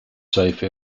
safe